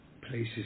places